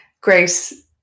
Grace